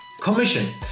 commission